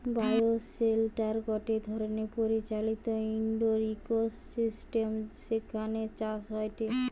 bioshelter গটে ধরণের পরিচালিত ইন্ডোর ইকোসিস্টেম যেখানে চাষ হয়টে